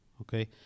okay